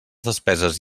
despeses